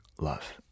Love